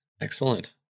excellent